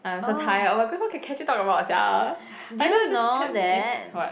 I'm so tired oh my god what can Catherina talk about sia I don't understand yes what